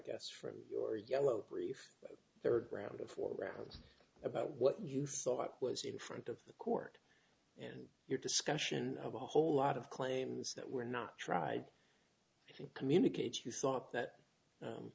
guess from your yellow brief their ground before ground about what you thought was in front of the court and your discussion of a whole lot of claims that were not try and communicate you thought that